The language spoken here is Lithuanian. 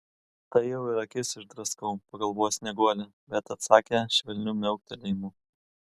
tai jau ir akis išdraskau pagalvojo snieguolė bet atsakė švelniu miauktelėjimu